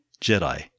Jedi